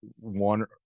one